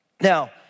Now